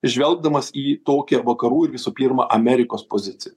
žvelgdamas į tokią vakarų ir visų pirma amerikos poziciją